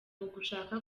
ugushaka